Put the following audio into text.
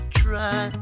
try